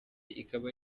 ikaba